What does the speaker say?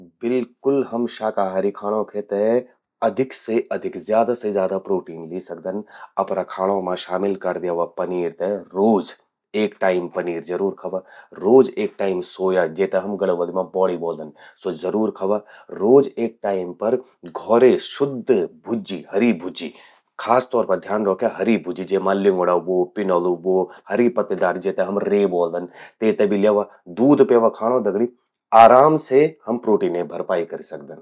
बिल्कुल हम शाकाहारी खाणों खे ते अधिक से अधिक ज्यादा से ज्यादा प्रोटीन ली सकदन। अपरा खाणों मां शामिल कर द्यावा पनीर ते। रोज एक टाइम पनीर जरूर खावा, रोज एक टाइम सोया जेते हम गढ़वलि मां बौड़ि ब्वोलदन, स्वो जरूर खावा। रोज एक टाइम पर घौरे शुद्ध भुज्जि, खासतौर पर ध्यान रौख्या हरी भुज्जि..ल्यंगुड़ा ह्वो, पिनालु ह्वो, हरी पत्तेदार जेते हम रे ब्वोल्दन..तेते भी ल्यावा। दूध प्यावा खाणों दगड़ि। आराम से हम प्रोटीने भरपाई करि सकदन।